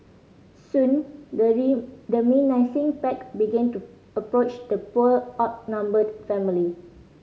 soon the the pack began to approach the poor outnumbered family